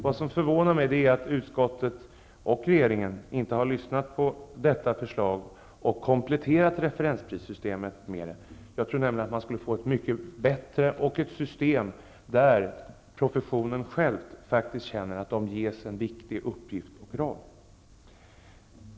Jag är förvånad över att uskottet och regeringen inte har lyssnat på detta förslag och kompletterat referensprissystemet. Jag tror nämligen att det skulle bli bättre och att man inom professionen skulle känna att man ges en viktig uppgift och roll.